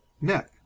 Neck